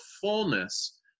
fullness